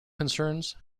concerns